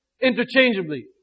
interchangeably